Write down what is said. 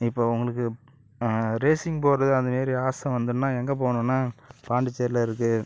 இப்போது உங்களுக்கு ரேஸிங் போவது அந்த மாரி ஆசை வந்ததுன்னா எங்கே போகணும்னா பாண்டிச்சேரியில் இருக்குது